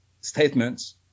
statements